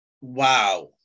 Wow